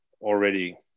already